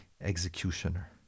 executioner